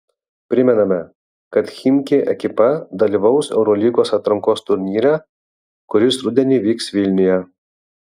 primename kad chimki ekipa dalyvaus eurolygos atrankos turnyre kuris rudenį vyks vilniuje